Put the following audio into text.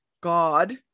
God